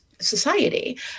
society